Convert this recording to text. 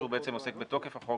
שעוסק בתוקף החוק,